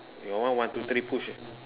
your one one two three push ah